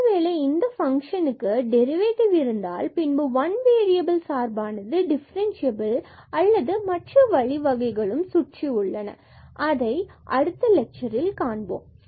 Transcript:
ஒருவேளை இந்த ஃபங்ஷனுக்கு டெரிவேடிவ் இருந்தால் பின்பு ஒற்றை வேறியபில் சார்பானது டிஃபரண்சியபில் அல்லது மற்ற வழிவகைகளும் சுற்றி உள்ளன அதை அடுத்த லெக்சர் ல் காண்போம்